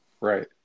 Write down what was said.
Right